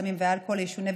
סמים ואלכוהול ישונה,